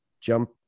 jump